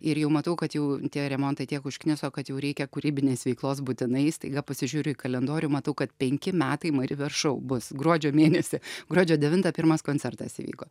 ir jau matau kad jau tie remontai tiek užkniso kad jau reikia kūrybinės veiklos būtinai i staiga pasižiūriu į kalendorių matau kad penki metai mari ver šou bus gruodžio mėnesį gruodžio devintą pirmas koncertas įvyko